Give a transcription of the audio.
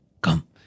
come